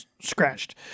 scratched